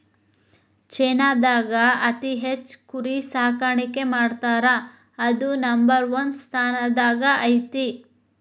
ಚೇನಾದಾಗ ಅತಿ ಹೆಚ್ಚ್ ಕುರಿ ಸಾಕಾಣಿಕೆ ಮಾಡ್ತಾರಾ ಅದು ನಂಬರ್ ಒನ್ ಸ್ಥಾನದಾಗ ಐತಿ